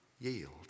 yield